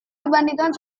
dibandingkan